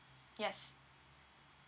yes